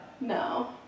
No